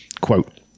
quote